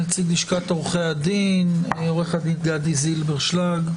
נציג לשכת עורכי הדין עורך הדין גדי זילברשלג.